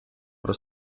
про